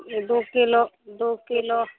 दुइ किलो दुइ किलो